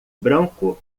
branco